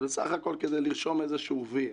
בדיון הזה רושמים איזשהו "וי".